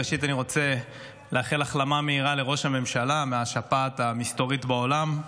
ראשית אני רוצה לאחל לראש הממשלה החלמה מהירה מהשפעת המסתורית בעולם.